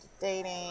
dating